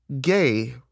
Gay